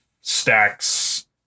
stacks